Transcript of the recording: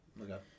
Okay